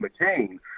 McCain